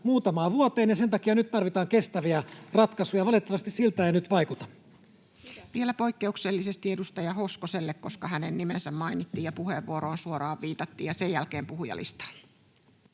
muutamaan vuoteen, ja sen takia nyt tarvitaan kestäviä ratkaisuja. Valitettavasti siltä ei nyt vaikuta. Vielä poikkeuksellisesti edustaja Hoskoselle, koska hänen nimensä mainittiin ja puheenvuoroon suoraan viitattiin, ja sen jälkeen puhujalistaan.